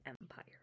empire